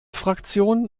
fraktion